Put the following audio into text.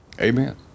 Amen